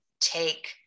take